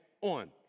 on